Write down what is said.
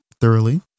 thoroughly